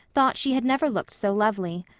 thought she had never looked so lovely.